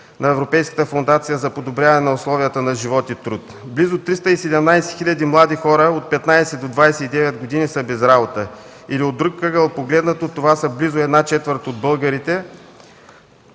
на Европейската фондация за подобряване на условията на живот и труд. Близо 317 хиляди млади хора от 15 до 29 години са без работа. Или, погледнато от друг ъгъл, това са близо една четвърт от българите